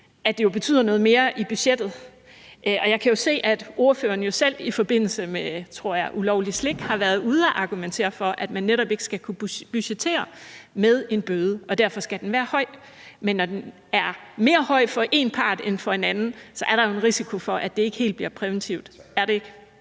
det jo betyder noget mere i budgettet? Jeg kan jo se, at ordføreren selv i forbindelse med ulovligt slik, tror jeg, har været ude at argumentere for, at man netop ikke skal kunne budgettere med en bøde, og at den derfor skal være høj. Men når den er højere for en part end for en anden, er der jo en risiko for, at det ikke helt virker præventivt – er der ikke